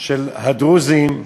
של הדרוזים?